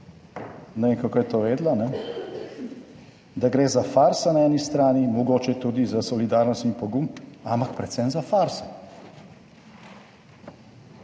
kako je to vedela, »da gre za farso, na eni strani mogoče tudi za solidarnost in pogum ampak predvsem za farso«.